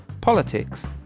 politics